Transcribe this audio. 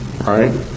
right